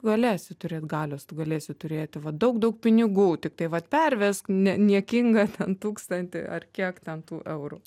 galėsi turėt galios tu galėsi turėti va daug daug pinigų tiktai vat pervesk ne niekinga tūkstantį ar kiek ten tų eurų